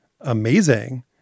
amazing